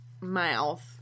mouth